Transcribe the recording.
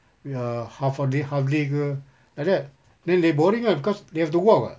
err half a day half day ke like that then they boring ah because they have to walk [what]